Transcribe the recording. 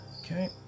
Okay